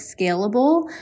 scalable